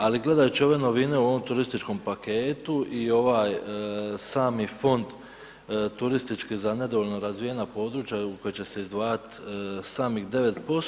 Ali gledajući ove novine u ovom turističkom paketu i ovaj sami fond turistički za nedovoljno razvijena područja u koji će se izdvajati samih 9%